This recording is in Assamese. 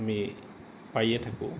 আমি পায়ে থাকোঁ